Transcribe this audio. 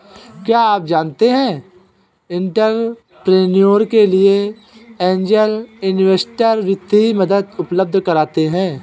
क्या आप जानते है एंटरप्रेन्योर के लिए ऐंजल इन्वेस्टर वित्तीय मदद उपलब्ध कराते हैं?